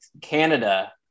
Canada